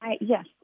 Yes